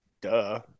Duh